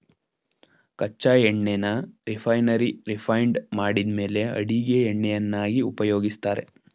ಕಚ್ಚಾ ಎಣ್ಣೆನ ರಿಫೈನರಿಯಲ್ಲಿ ರಿಫೈಂಡ್ ಮಾಡಿದ್ಮೇಲೆ ಅಡಿಗೆ ಎಣ್ಣೆಯನ್ನಾಗಿ ಉಪಯೋಗಿಸ್ತಾರೆ